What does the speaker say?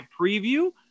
preview